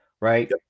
Right